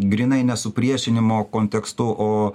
grynai ne supriešinimo kontekstu o